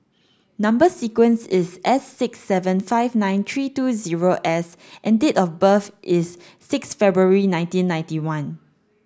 number sequence is S six seven five nine three two zero S and date of birth is six February nineteen ninety one